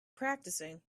practicing